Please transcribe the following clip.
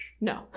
No